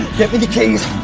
get me the keys,